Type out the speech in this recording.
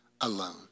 alone